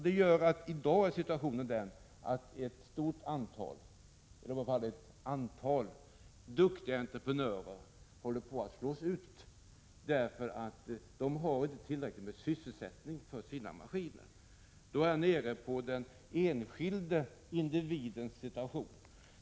Det gör att situationen i dag är den att ett antal duktiga entreprenörer håller på att slås ut därför att de inte har tillräcklig sysselsättning för sina maskiner. Då är jag inne på den enskilde individens situation.